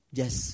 yes